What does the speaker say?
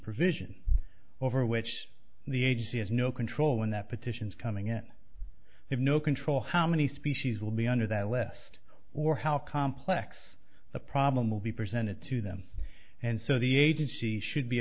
provision over which the agency has no control when that petitions coming it have no control how many species will be under that left or how complex the problem will be presented to them and so the agency should be